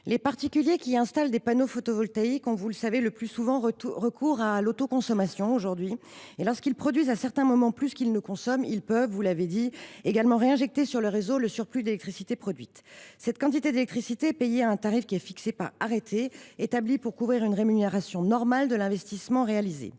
les particuliers qui installent des panneaux photovoltaïques ont, le plus souvent, recours à l’autoconsommation. Et lorsqu’ils produisent à certains moments plus qu’ils ne consomment, ils peuvent – vous l’avez dit – réinjecter dans le réseau le surplus d’électricité. Cette quantité d’électricité est payée à un tarif fixé par arrêté, établi pour couvrir une rémunération normale de l’investissement réalisé.